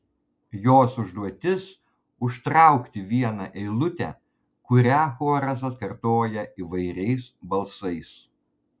jos užduotis užtraukti vieną eilutę kurią choras atkartoja įvairiais balsais